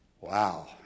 Wow